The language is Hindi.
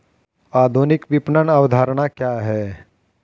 आधुनिक विपणन अवधारणा क्या है?